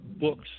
books